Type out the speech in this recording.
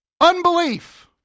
Unbelief